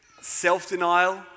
self-denial